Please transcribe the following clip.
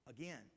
again